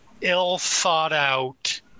ill-thought-out